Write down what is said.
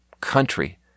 country